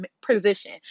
position